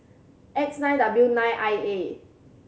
X nine W nine I A